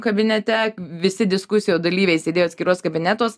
kabinete visi diskusijų dalyviai sėdėjo atskiruos kabinetuos